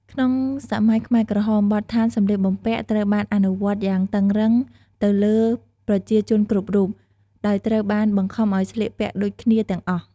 ក្នុងសម័យខ្មែរក្រហម បទដ្ឋានសម្លៀកបំពាក់ត្រូវបានអនុវត្តយ៉ាងតឹងរ៉ឹងទៅលើប្រជាជនគ្រប់រូប ដោយត្រូវបានបង្ខំឲ្យស្លៀកពាក់ដូចគ្នាទាំងអស់។